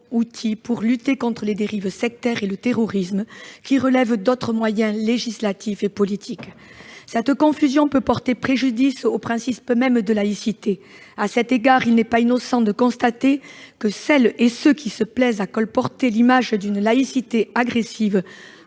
pour lutter contre les dérives sectaires et le terrorisme, qui relèvent d'autres moyens législatifs et politiques. Cette confusion peut porter préjudice au principe même de laïcité. À cet égard, il n'est pas innocent de constater que celles et ceux qui se plaisent à colporter l'image d'une laïcité agressive,